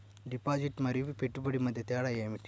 Deposit మరియు పెట్టుబడి మధ్య తేడా ఏమిటి?